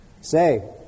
Say